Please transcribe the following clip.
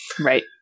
Right